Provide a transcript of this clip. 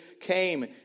came